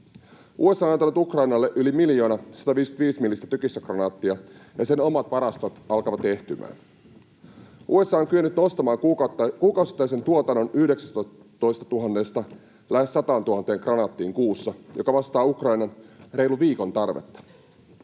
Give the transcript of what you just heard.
USA on antanut Ukrainalle yli miljoona 155-millistä tykistökranaattia, ja sen omat varastot alka- vat ehtymään. USA on kyennyt nostamaan kuukausittaisen tuotannon 19 000:sta lähes 100 000 kranaattiin kuussa, mikä vastaa Ukrainan reilun viikon tarvetta.